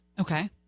Okay